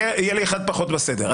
יהיה לי אחד פחות בסדר,